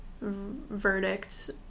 verdict